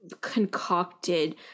concocted